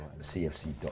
CFC